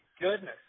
goodness